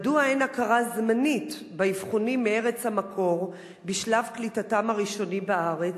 מדוע אין הכרה זמנית באבחונים מארץ המקור בשלב קליטתם הראשונית בארץ?